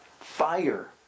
Fire